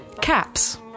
caps